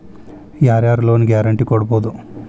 ಯಾರ್ ಯಾರ್ loan guarantee ಕೊಡ್ಬೊದು?